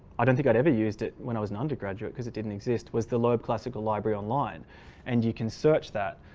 i don't think i'd ever used it when i was an undergraduate, because it didn't exist was the loeb classical library online and you can search that.